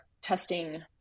testing